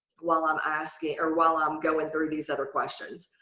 while i'm asking or while i'm going through these other questions.